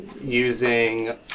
Using